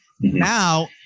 Now